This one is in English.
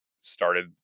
started